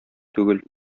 түгел